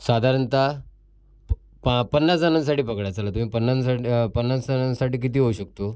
साधारणतः पा पन्नास जणांसाठी पकडा चला तुम्ही पन्नास पन्नास जणांसाठी किती होऊ शकतो